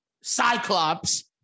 Cyclops